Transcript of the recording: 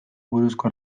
buruzko